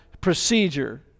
procedure